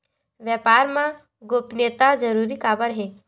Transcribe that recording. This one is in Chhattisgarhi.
व्यापार मा गोपनीयता जरूरी काबर हे?